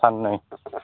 सान्नै